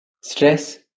Stress